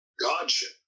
godship